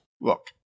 Look